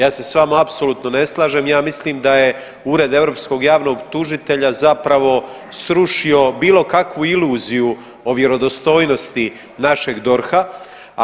Ja se s vama apsolutno ne slažem, ja mislim da je Ured europskog javnog tužitelja zapravo srušio bilo kakvu iluziju o vjerodostojnosti našeg DORH-a.